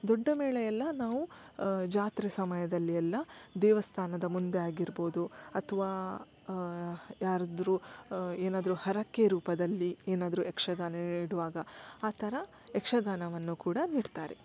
ದೊಡ್ಡ ಮೇಳೆಯೆಲ್ಲ ನಾವು ಜಾತ್ರೆ ಸಮಯದಲ್ಲಿ ಎಲ್ಲ ದೇವಸ್ಥಾನದ ಮುಂದೆ ಆಗಿರ್ಬೋದು ಅಥವಾ ಯಾರಾದರು ಏನಾದರು ಹರಕೆ ರೂಪದಲ್ಲಿ ಏನಾದರು ಯಕ್ಷಗಾನ ನೀಡುವಾಗ ಆ ಥರ ಯಕ್ಷಗಾನವನ್ನು ಕೂಡ ನೀಡ್ತಾರೆ